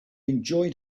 enjoyed